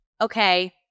okay